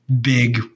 big